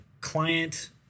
client